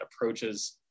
approaches